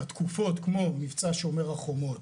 התקופות כמו מבצע שומר החומות